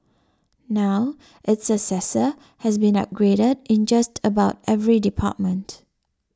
now its successor has been upgraded in just about every department